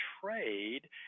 trade